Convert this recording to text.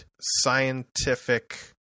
scientific